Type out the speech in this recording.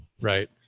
Right